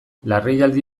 larrialdi